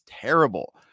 terrible